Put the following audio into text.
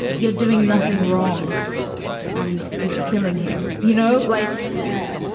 you're doing nothing wrong and it's killing him, you know, like, yeah,